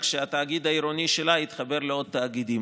שהתאגיד העירוני שלה יתחבר לעוד תאגידים.